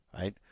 right